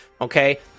Okay